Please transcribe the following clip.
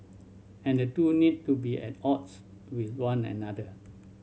and the two need to be at odds with one another